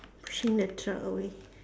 pushing the truck away